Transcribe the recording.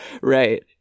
Right